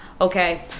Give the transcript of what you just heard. Okay